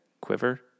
quiver